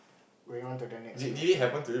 going on to the next question